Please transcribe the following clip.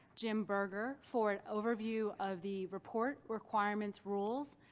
jim berger, for an overview of the report requirements, rules,